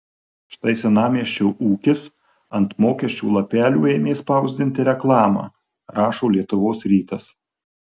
štai senamiesčio ūkis ant mokesčių lapelių ėmė spausdinti reklamą rašo lietuvos rytas